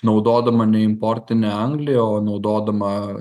naudodama ne importinę anglį o naudodama